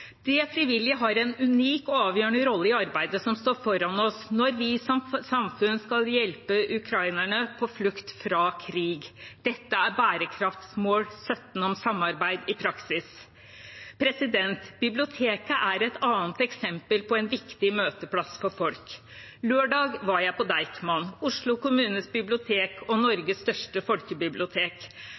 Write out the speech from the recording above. frivillige har en unik og avgjørende rolle i arbeidet som står foran oss når vi som samfunn skal hjelpe ukrainerne på flukt fra krig. Dette er bærekraftsmål 17 om samarbeid i praksis. Biblioteket er et annet eksempel på en viktig møteplass for folk. Lørdag var jeg på Deichman, Oslo kommunes bibliotek og Norges største folkebibliotek.